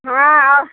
हाँ